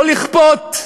לא לכפות,